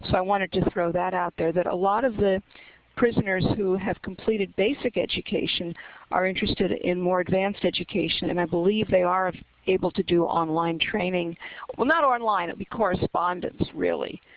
so i wanted to throw that out there that a lot of the prisoners who have completed basic education are interested in more advanced education and i believe they are able to do online training well, not online. it would be correspondence really.